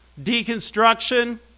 deconstruction